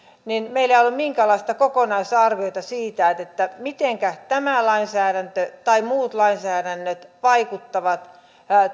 meillä ei ole minkäänlaista kokonaisarviota siitä mitenkä tämä lainsäädäntö tai muut lainsäädännöt vaikuttavat